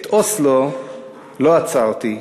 את אוסלו לא עצרתי,